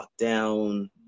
lockdown